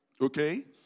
okay